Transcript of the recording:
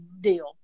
deal